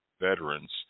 veterans